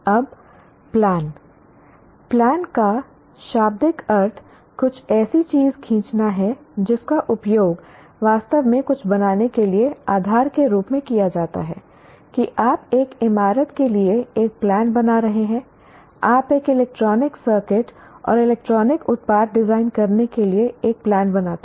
अब plan plan का शाब्दिक अर्थ कुछ ऐसी चीज़ खींचना है जिसका उपयोग वास्तव में कुछ बनाने के लिए आधार के रूप में किया जाता है कि आप एक इमारत के लिए एक प्लान बना रहे हैं आप एक इलेक्ट्रॉनिक सर्किट और इलेक्ट्रॉनिक उत्पाद डिजाइन करने के लिए एक प्लान बनाते हैं